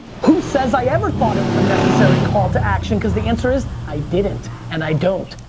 who says i ever thought it was a necessary call to action, cause the answer is i didn't, and i don't.